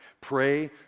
Pray